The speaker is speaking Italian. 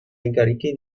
incarichi